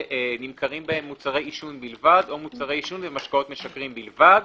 שנמכרים בהן מוצרי עישון בלבד או מוצרי עישון ומשקאות משכרים בלבד,